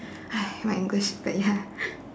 my english very hard